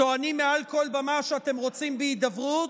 טוענים מעל כל במה שאתם רוצים בהידברות,